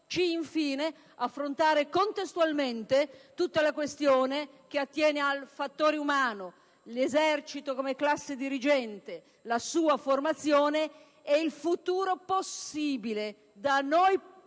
ed infine di affrontare contestualmente tutta la questione che attiene al fattore umano, all'Esercito come classe dirigente, alla sua formazione e al futuro possibile da noi